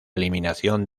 eliminación